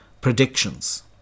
predictions